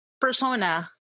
persona